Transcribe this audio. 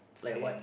like what